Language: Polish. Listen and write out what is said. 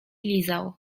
lizał